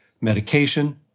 medication